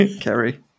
Kerry